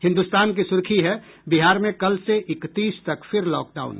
हिन्दुस्तान की सुर्खी है बिहार में कल से इकतीस तक फिर लॉकडाउन